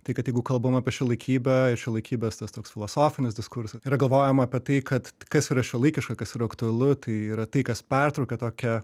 tai kad jeigu kalbam apie šiuolaikybę šiuolaikybės tas toks filosofinis diskursas yra galvojama apie tai kad kas yra šiuolaikiška kas yra aktualu tai yra tai kas pertraukia tokią